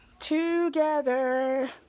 Together